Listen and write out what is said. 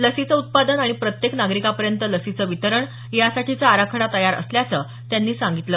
लसीचं उत्पादन आणि प्रत्येक नागरिकापर्यंत लसीचं वितरण यासाठीचा आराखडा तयार असल्याचं त्यांनी सांगितलं